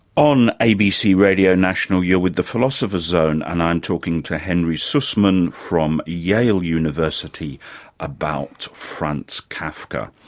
on abc radio national, you're with the philosopher's zone and i'm talking to henry sussman from yale university about franz kafka.